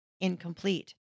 incomplete